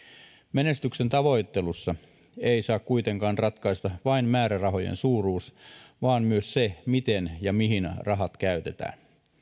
menestyksen tavoittelussa ei saa kuitenkaan ratkaista vain määrärahojen suuruus vaan myös se miten ja mihin rahat käytetään